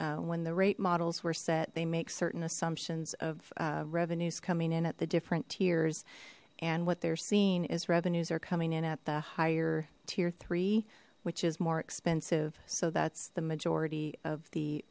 is when the rape models were set they make certain assumptions of revenues coming in at the different tiers and what they're seeing is revenues are coming in at the higher tier three which is more expensive so that's the majority of the